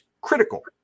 critical